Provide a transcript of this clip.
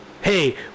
hey